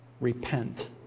repent